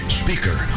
speaker